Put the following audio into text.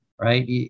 right